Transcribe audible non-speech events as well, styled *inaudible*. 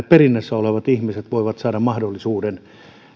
*unintelligible* perinnässä olevat ihmiset voivat saada mahdollisuuden